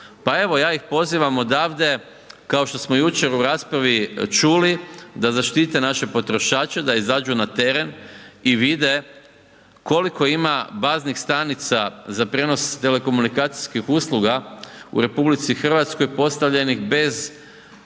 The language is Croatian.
Pa evo ja ih pozivam odavde kao što smo jučer u raspravi čuli da zaštite naše potrošače, da izađu na teren i vide koliko ima baznih stanica za prijenos telekomunikacijskih usluga u RH postavljenih bez podloge